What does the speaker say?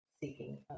Seeking